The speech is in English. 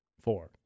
four